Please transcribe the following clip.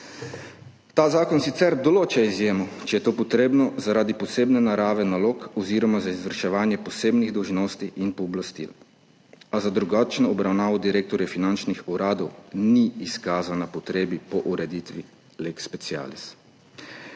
Ta zakon sicer določa izjemo, če je to potrebno zaradi posebne narave nalog oziroma za izvrševanje posebnih dolžnosti in pooblastil, a za drugačno obravnavo direktorja finančnih uradov ni izkazana potreba po ureditvi lex specialis.